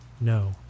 no